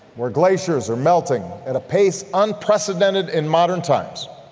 where glaciers are melting at a pace unprecedented in modern times.